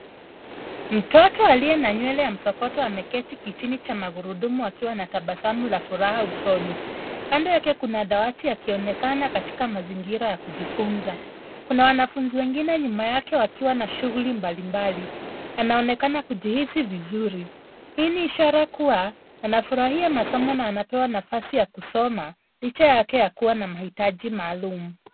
Mtoto aliye na nywele ya msokoto ameketi kitini cha magurudumu akiwa na tabasamu la furaha usoni. Kando yake kuna dawati akionekana katika mazingira ya kujifunza. Kuna wanafunzi wengine nyuma yake wakiwa na shughuli mbalimbali. Anaonekana kujihisi vizuri. Hii ni ishara kuwa anafurahia masomo na anapewa nafasi ya kusoma, licha yake ya kuwa na mahitaji maalum.